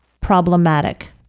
problematic